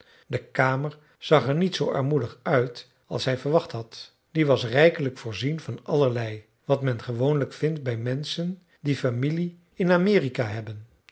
de kamer zag er niet zoo armoedig uit als hij verwacht had die was rijkelijk voorzien van allerlei wat men gewoonlijk vindt bij menschen die familie in amerika hebben